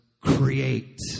create